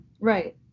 right